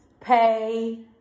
pay